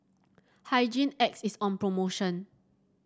Hygin X is on promotion